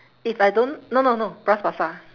if I don't no no no bras-basah